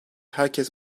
herkes